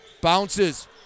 Bounces